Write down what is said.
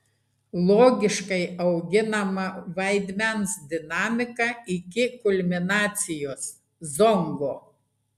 logiškai auginama vaidmens dinamika iki kulminacijos zongo